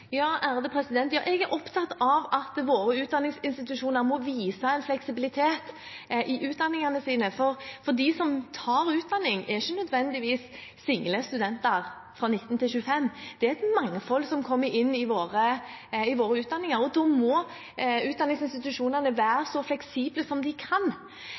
Jeg er opptatt av at våre utdanningsinstitusjoner må vise en fleksibilitet i utdanningene sine, for de som tar utdanning, er ikke nødvendigvis single studenter fra 19 til 25 år. Det er et mangfold som kommer inn i våre utdanninger, og da må utdanningsinstitusjonene være så fleksible som de kan.